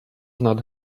not